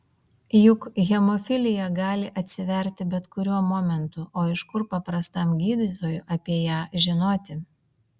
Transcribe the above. juk hemofilija gali atsiverti bet kuriuo momentu o iš kur paprastam gydytojui apie ją žinoti